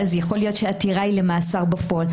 יכול להיות שהעתירה היא למאסר בפועל.